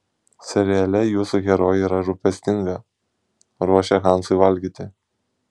seriale jūsų herojė yra rūpestinga ruošia hansui valgyti